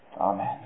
amen